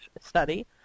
study